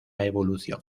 evolución